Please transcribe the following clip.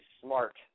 smart